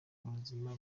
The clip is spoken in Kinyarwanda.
abazima